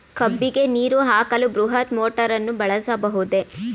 ಕಬ್ಬಿಗೆ ನೀರು ಹಾಕಲು ಬೃಹತ್ ಮೋಟಾರನ್ನು ಬಳಸಬಹುದೇ?